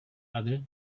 other